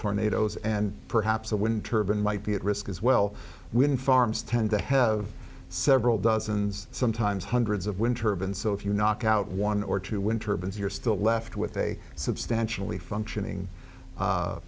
tornadoes and perhaps a wind turbine might be at risk as well wind farms tend to have several dozens sometimes hundreds of winter been so if you knock out one or two winter bins you're still left with a substantially functioning